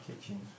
Kitchen